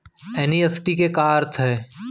NEFT के का अर्थ है?